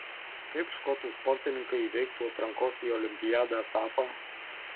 kaip škotų sportininkai įveiktų atrankos į olimpiadą etapą